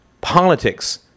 Politics